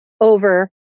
over